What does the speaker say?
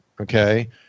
Okay